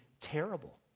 terrible